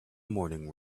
morning